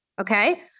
okay